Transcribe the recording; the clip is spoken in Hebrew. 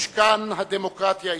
משכן הדמוקרטיה הישראלית.